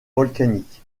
volcanique